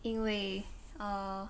因为 err